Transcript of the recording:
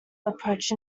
approach